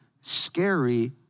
scary